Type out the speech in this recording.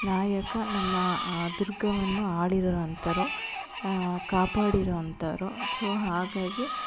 ನಾಯಕ ನಮ್ಮ ದುರ್ಗವನ್ನು ಆಳಿರೋರಂಥರು ಕಾಪಾಡಿರೋವಂಥವರು ಸೊ ಹಾಗಾಗಿ